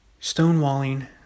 stonewalling